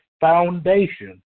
foundation